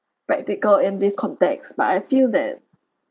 practical in this context but I feel that